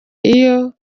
iyo